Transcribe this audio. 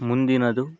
ಮುಂದಿನದು